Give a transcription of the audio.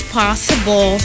possible